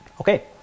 okay